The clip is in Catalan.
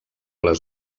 les